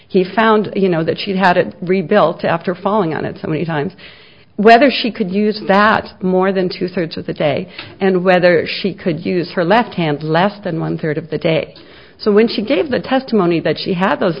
he found you know that she'd had it rebuilt after falling on it so many times whether she could use that more than two thirds of the day and whether she could use her left hand less than one third of the day so when she gave the testimony that she had those